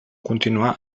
continuar